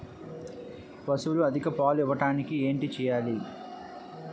పశువులు అధిక పాలు ఇవ్వడానికి ఏంటి చేయాలి